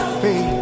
faith